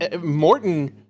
Morton